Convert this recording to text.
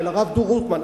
של הרב דרוקמן.